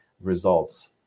results